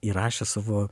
įrašė savo